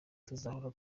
tuzahora